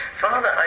Father